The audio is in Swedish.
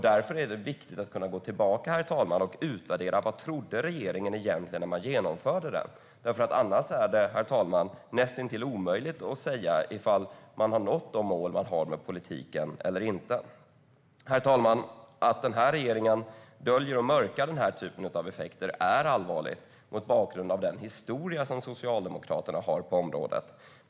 Därför är det viktigt, herr talman, att kunna gå tillbaka och utvärdera vad regeringen trodde när man genomförde reformen. Annars är det näst intill omöjligt att säga ifall man har nått de mål man har med politiken eller inte. Herr talman! Att den här regeringen döljer och mörkar den här typen av effekter är allvarligt mot bakgrund av den historia som Socialdemokraterna har på området.